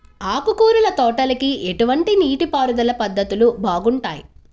ఆకుకూరల తోటలకి ఎటువంటి నీటిపారుదల పద్ధతులు బాగుంటాయ్?